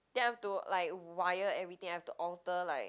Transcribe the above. then I have to like wire everything I have to alter like